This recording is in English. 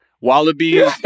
Wallabies